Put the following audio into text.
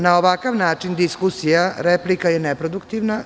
Na ovakav način diskusija replika je neproduktivna.